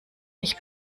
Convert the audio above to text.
ich